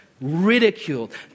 ridiculed